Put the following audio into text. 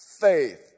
faith